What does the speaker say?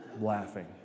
laughing